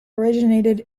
originated